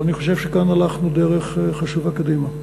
אני חושב שכאן הלכנו דרך חשובה קדימה,